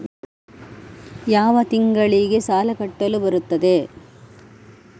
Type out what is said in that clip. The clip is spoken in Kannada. ಯಾವ ತಿಂಗಳಿಗೆ ಸಾಲ ಕಟ್ಟಲು ಬರುತ್ತದೆ?